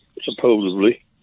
supposedly